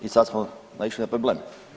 I sad smo naišli na problem.